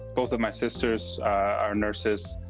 both of my sisters are nurses,